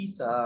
sa